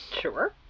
sure